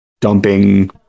dumping